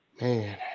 Man